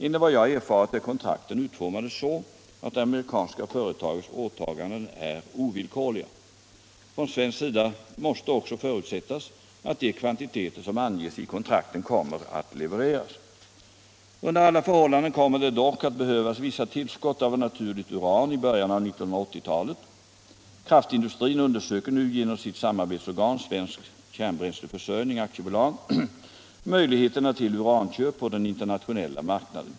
Enligt vad jag erfarit är kontrakten utformade så att det amerikanska företagets åtaganden är ovillkorliga. Från svensk sida måste också förutsättas att de kvantiteter som anges i kontrakten kommer att levereras. Under alla förhållanden kommer det dock att behövas vissa tillskott av naturligt uran i början av 1980-talet. Kraftindustrin undersöker nu genom sitt samarbetsorgan Svensk kärnbränsleförsörjning AB möjligheterna till uranköp på den internationella marknaden.